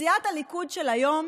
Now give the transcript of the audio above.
בסיעת הליכוד של היום,